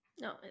No